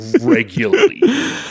regularly